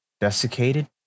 desiccated